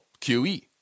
QE